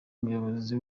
umuyobozi